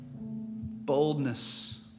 Boldness